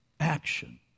action